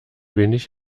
wenig